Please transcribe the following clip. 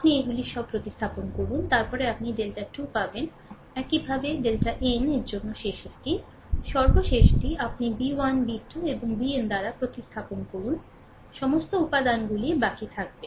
আপনি এগুলি সব প্রতিস্থাপন করুন তারপরে আপনি ডেল্টা 2 পাবেন একইভাবে ডেল্টা n জন্য শেষেরটি সর্বশেষটি আপনি b 1 b 2 এবং bn দ্বারা প্রতিস্থাপন করুন সমস্ত উপাদানগুলির বাকি থাকবে